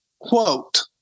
Quote